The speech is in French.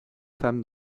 femme